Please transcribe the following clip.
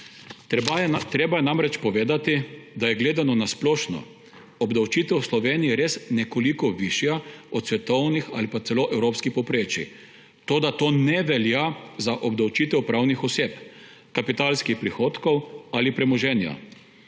Treba je namreč povedati, da je gledano na splošno obdavčitev v Sloveniji res nekoliko višja od svetovnih ali pa celo evropskih povprečij, toda to ne velja za obdavčitev pravnih oseb, kapitalskih prihodkov ali premoženja.